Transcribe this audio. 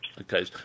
Okay